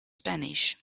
spanish